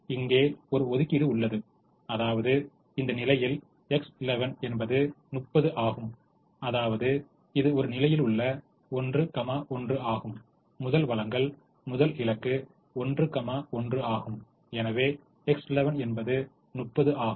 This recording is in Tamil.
இப்போது இங்கே ஒரு ஒதுக்கீடு உள்ளது அதாவது இந்த நிலையில் X11 என்பது 30 ஆகும் அதாவது இது ஒரு நிலையிலுள்ள 1 கமா 1 ஆகும் முதல் வழங்கல் முதல் இலக்கு 1 கமா 1 ஆகும் எனவே X11 என்பது 30 ஆகும்